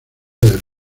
del